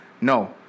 No